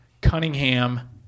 Cunningham